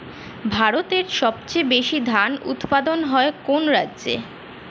ভারতের সবচেয়ে বেশী ধান উৎপাদন হয় কোন রাজ্যে?